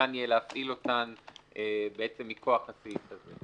ניתן יהיה להפעיל אותן מכוח הסעיף הזה?